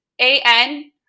A-N